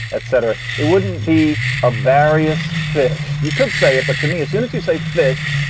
et cetera. it wouldn't be a various fish. you could say it. but to me as soon as you say fish,